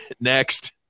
next